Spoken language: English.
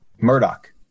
Murdoch